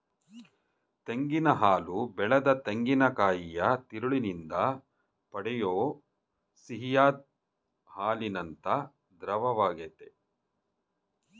ತೆಂಗಿನ ಹಾಲು ಬೆಳೆದ ತೆಂಗಿನಕಾಯಿಯ ತಿರುಳಿನಿಂದ ಪಡೆಯೋ ಸಿಹಿಯಾದ್ ಹಾಲಿನಂಥ ದ್ರವವಾಗಯ್ತೆ